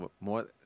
more